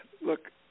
Look